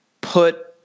put